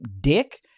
dick